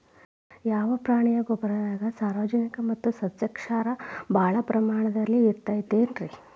ಯಾವ ಪ್ರಾಣಿಯ ಗೊಬ್ಬರದಾಗ ಸಾರಜನಕ ಮತ್ತ ಸಸ್ಯಕ್ಷಾರ ಭಾಳ ಪ್ರಮಾಣದಲ್ಲಿ ಇರುತೈತರೇ?